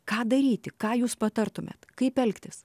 ką daryti ką jūs patartumėt kaip elgtis